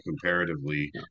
comparatively